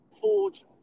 forge